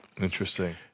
Interesting